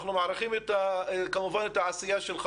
אנחנו מעריכים את העשייה שלך.